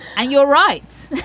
and you're right.